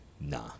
Nah